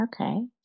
okay